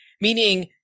meaning